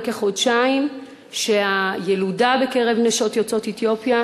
כחודשיים שהילודה בקרב נשים יוצאות אתיופיה